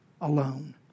alone